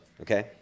Okay